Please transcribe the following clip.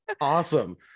Awesome